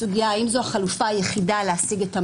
הסוגיה האם זו החלופה היחידה להשיג את המטרה?